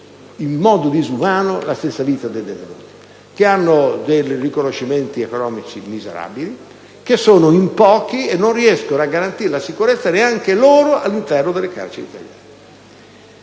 in modo disumano la stessa vita del detenuto, che hanno dei riconoscimenti economici miserabili, che sono in pochi e che non riescono a garantire neanche la propria sicurezza all'interno delle carceri italiane.